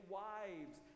wives